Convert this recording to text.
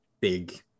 big